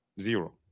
zero